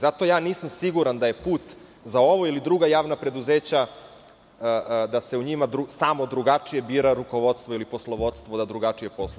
Zato nisam siguran da je put za ovo, ili druga javna preduzeća, da se u njima samo drugačije bira rukovodstvo, ili poslovodstvo da drugačije posluju.